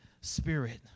Spirit